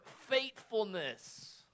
faithfulness